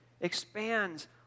expands